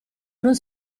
non